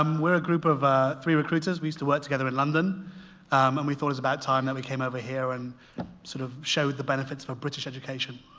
um we're a group of three recruiters. we used to work together in london and we thought it was about time that we came over here and sort of show the benefits of a british education.